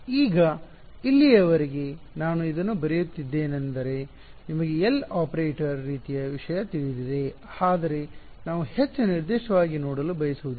ಈಗ ಇಲ್ಲಿಯವರೆಗೆ ನಾನು ಇದನ್ನು ಬರೆಯುತ್ತಿದ್ದೇನೆಂದರೆ ನಿಮಗೆ L ಆಪರೇಟರ್ ರೀತಿಯ ವಿಷಯ ತಿಳಿದಿದೆ ಆದರೆ ನಾವು ಹೆಚ್ಚು ನಿರ್ದಿಷ್ಟವಾಗಿ ನೋಡಲು ಬಯಸುವುದಿಲ್ಲ